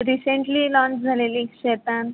recently launch झालेली शैतान